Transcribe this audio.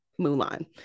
Mulan